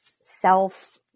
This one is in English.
self